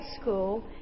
school